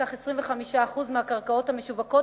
בסך 25% מהקרקעות המשווקות,